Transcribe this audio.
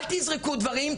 אל תזרקו דברים,